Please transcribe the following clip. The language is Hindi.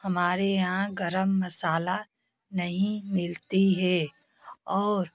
हमारे यहाँ गरम मसाला नहीं मिलती है और